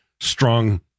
strong